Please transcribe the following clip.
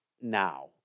now